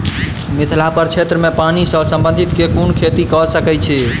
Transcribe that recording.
मिथिला प्रक्षेत्र मे पानि सऽ संबंधित केँ कुन खेती कऽ सकै छी?